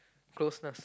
closeness